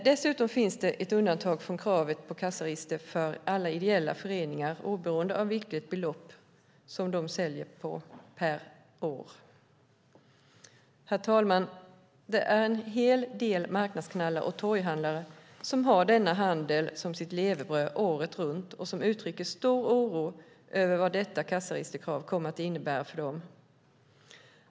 Dessutom finns ett undantag från kravet på kassaregister för alla ideella föreningar, oberoende av vilket belopp de säljer för per år. Herr talman! Det är en hel del marknadsknallar och torghandlare som har denna handel som sitt levebröd året runt och som uttrycker stor oro över vad detta kassaregisterkrav kommer att innebära för dem.